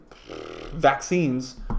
vaccines